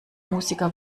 musiker